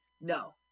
No